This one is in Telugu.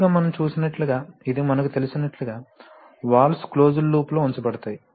తరచుగా మనం చూసినట్లుగా ఇది మనకు తెలిసినట్లుగా వాల్వ్స్ కూడా క్లోజ్డ్ లూప్లో ఉంచబడతాయి